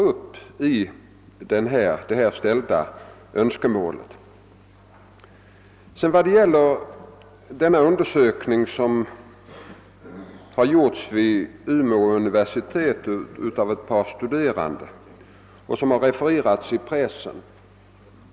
Jag vill härefter ta upp den undersökning som nämnts och som genomförts av ett par studerande vid Umeå universitet; den har även refererats i pressen.